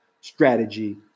strategy